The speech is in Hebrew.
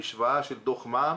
משוואה של דוח מע"מ